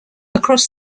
across